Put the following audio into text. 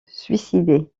suicider